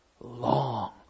long